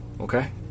okay